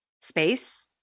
space